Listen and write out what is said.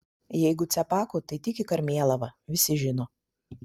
jeigu cepakų tai tik į karmėlavą visi žino